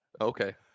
Okay